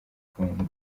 congo